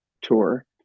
tour